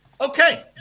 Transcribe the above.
Okay